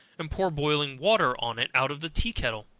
and pour boiling water on it out of the tea-kettle.